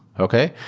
okay?